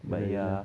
but ya